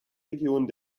regionen